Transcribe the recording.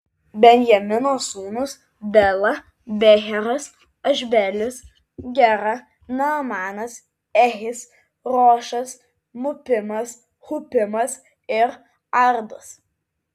benjamino sūnūs bela becheras ašbelis gera naamanas ehis rošas mupimas hupimas ir ardas